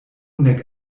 nek